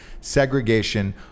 segregation